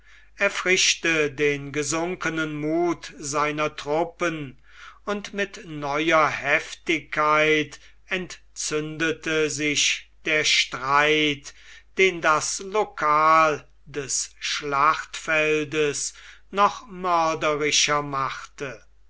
erfrischte den gesunkenen muth seiner truppen und mit neuer heftigkeit entzündete sich der streit den das local des schlachtfeldes noch mörderischer machte